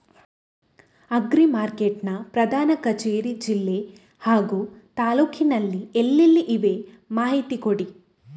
Agri mart ನ ಪ್ರಧಾನ ಕಚೇರಿ ಜಿಲ್ಲೆ ಹಾಗೂ ತಾಲೂಕಿನಲ್ಲಿ ಎಲ್ಲೆಲ್ಲಿ ಇವೆ ಮಾಹಿತಿ ಕೊಡಿ?